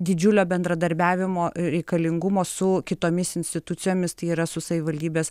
didžiulio bendradarbiavimo reikalingumo su kitomis institucijomis tai yra su savivaldybės